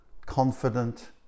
confident